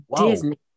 Disney